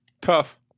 Tough